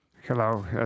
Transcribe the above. Hello